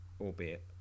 albeit